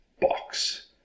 box